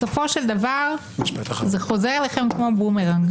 בסופו של דבר זה חוזר אליכם כמו בומרנג.